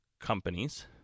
companies